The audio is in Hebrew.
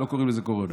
לא קוראים לזה קורונה,